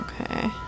Okay